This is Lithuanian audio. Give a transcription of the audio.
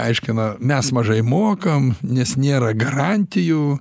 aiškina mes mažai mokam nes nėra garantijų